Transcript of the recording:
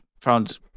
found